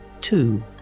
Two